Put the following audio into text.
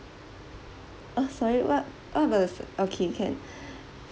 uh sorry what s~ okay can